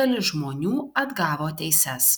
dalis žmonių atgavo teises